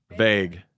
Vague